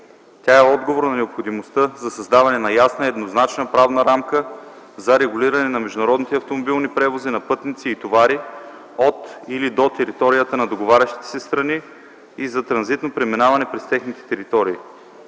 Тя е отговор на необходимостта за създаване на ясна и еднозначна правна рамка за регулиране на международните автомобилни превози на пътници и товари от или до територията на договарящите се страни и за транзитно преминаване през техните територии.